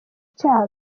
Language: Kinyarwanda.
cyaha